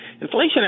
inflation